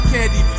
Candy